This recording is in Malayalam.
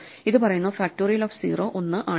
ഇത് പറയുന്നു ഫാക്റ്റോറിയൽ ഓഫ് 0 1 ആണ്